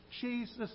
Jesus